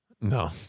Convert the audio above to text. No